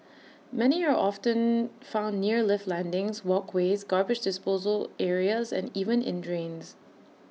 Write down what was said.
many are often found near lift landings walkways garbage disposal areas and even in drains